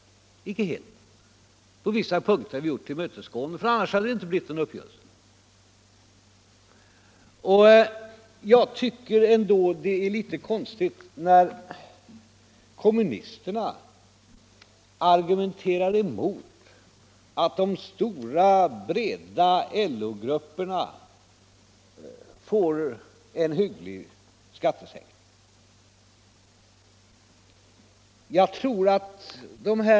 Naturligtvis har vi på vissa punkter gjort tillmötesgåenden, för annars hade det inte blivit någon överenskommelse. Men jag tycker ändå det är litet konstigt att vänsterpartiet kommunisterna argumenterar mot att de stora breda LO-grupperna får en hygglig skattesänkning.